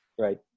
Right